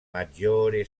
maggiore